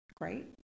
great